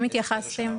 באיזו שנה?